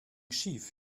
schief